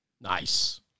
Nice